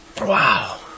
Wow